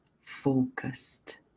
focused